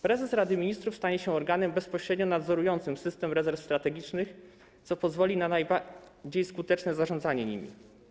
Prezes Rady Ministrów stanie się organem bezpośrednio nadzorującym system rezerw strategicznych, co pozwoli na najbardziej skuteczne zarządzanie nimi.